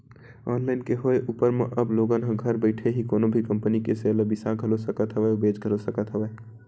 online के होय ऊपर म अब लोगन ह अब घर बइठे ही कोनो भी कंपनी के सेयर ल बिसा घलो सकत हवय अउ बेंच घलो सकत हे